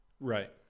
Right